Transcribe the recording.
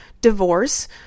divorce